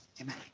Amen